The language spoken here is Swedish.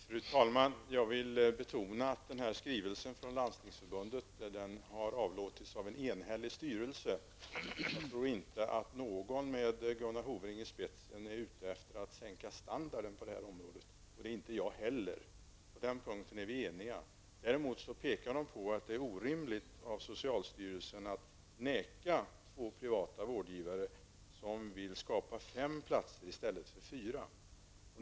Fru talman! Jag vill betona att skrivelsen från Landstingsförbundet har avlåtits av en enhällig styrelse. Jag tror inte att styrelsen, med Gunnar Hofring i spetsen, är ute efter att sänka standarden på det här området, och det är inte jag heller. På den punkten är vi eniga. Däremot pekar Landstingsförbundet på att det är orimligt av socialstyrelsen att neka två privata vårdgivare, som vill skapa fem platser i stället för fyra, att göra detta.